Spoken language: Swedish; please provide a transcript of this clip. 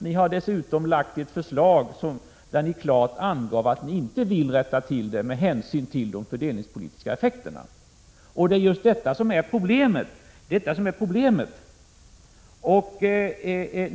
Ni lade dessutom fram ett förslag, där ni klart angav att ni inte ville rätta till det med hänsyn till de fördelningspolitiska effekterna. Det är detta som är problemet.